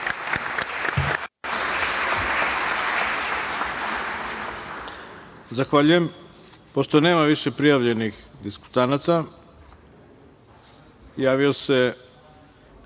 Zahvaljujem. Pošto nema više prijavljenih diskutanata, javio se